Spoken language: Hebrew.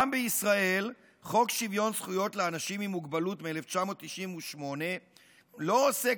גם בישראל חוק שוויון זכויות לאנשים עם מוגבלות מ-1998 לא עוסק